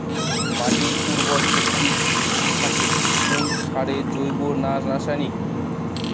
মাটির উর্বর শক্তি ঠিক থাকে কোন সারে জৈব না রাসায়নিক?